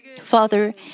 Father